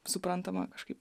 suprantama kažkaip